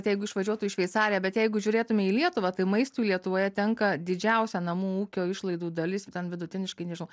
jeigu išvažiuotų į šveicariją bet jeigu žiūrėtume į lietuvą tai maistui lietuvoje tenka didžiausia namų ūkio išlaidų dalis ten vidutiniškai nežinau